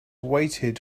waited